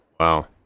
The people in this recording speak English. Wow